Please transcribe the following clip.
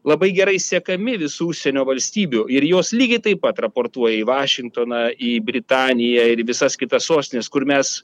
labai gerai sekami visų užsienio valstybių ir jos lygiai taip pat raportuoja į vašingtoną į britaniją ir į visas kitas sostines kur mes